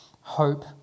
hope